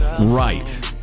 Right